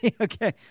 Okay